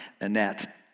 Annette